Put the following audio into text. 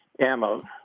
ammo